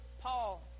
Paul